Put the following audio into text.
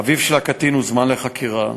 אביו של הקטין הוזמן לחקירה.